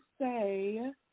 say